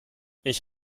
ich